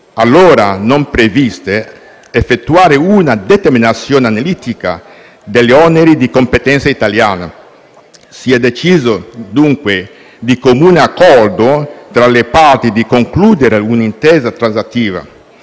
allora non previste - effettuare una determinazione analitica degli oneri di competenza italiana, si è deciso di comune accordo tra le parti di concludere un'intesa transattiva.